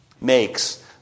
makes